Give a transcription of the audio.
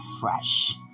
fresh